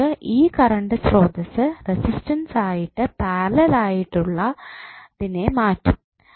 നിങ്ങൾ ഈ കറണ്ട് സ്രോതസ്സ് റെസിസ്റ്റൻസ് ആയിട്ട് പാരലൽ ആയിട്ടുള്ളതിനെ മാറ്റും